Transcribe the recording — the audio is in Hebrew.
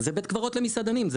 זה בית קברות למסעדנים,